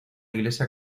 iglesia